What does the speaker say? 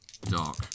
Dark